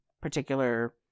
particular